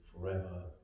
forever